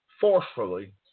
forcefully